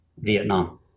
Vietnam